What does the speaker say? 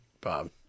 Bob